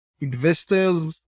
Investors